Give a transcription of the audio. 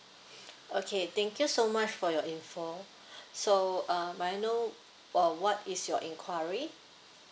okay thank you so much for your info so uh may I know uh what is your inquiry